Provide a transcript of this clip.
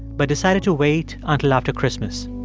but decided to wait until after christmas.